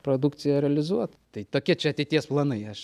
produkciją realizuot tai tokie ateities planai aš